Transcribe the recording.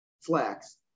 flax